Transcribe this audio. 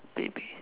maybe